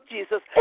Jesus